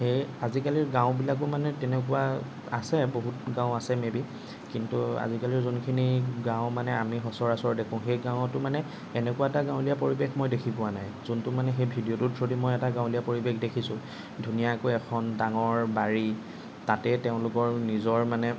সেয়ে আজিকালিৰ গাঁওবিলাকো মানে তেনেকুৱা আছে বহুত গাঁও আছে মে বি কিন্তু আজিকালি যোনখিনি গাঁও মানে আমি সচৰাচৰ দেখোঁ সেই গাঁৱতো মানে এনেকুৱা এটা গাঁৱলীয়া পৰিৱেশ মই দেখি পোৱা নাই যোনটো মানে সেই ভিডিঅ'টোৰ থ্ৰদি মই এটা গাঁৱলীয়া পৰিৱেশ দেখিছোঁ ধুনীয়াকৈ এখন ডাঙৰ বাৰী তাতে তেওঁলোকৰ নিজৰ মানে